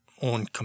On